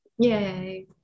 Yay